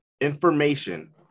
information